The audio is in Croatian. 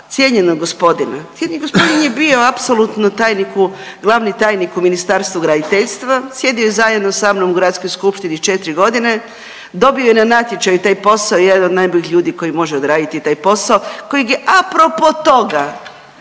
cijenjenog gospodina, cijenjeni gospodin je bio apsolutno tajnik, glavni tajnik u Ministarstvu graditeljstva, sjedio je zajedno sa mnom u gradskoj skupštini 4 godine, dobio je na natječaju taj posao, jedan od najboljih ljudi koji može odraditi taj posao, kojeg je apropo toga,